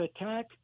attack